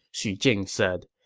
xu jing said.